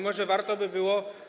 Może warto by było.